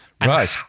right